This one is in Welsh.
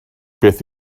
beth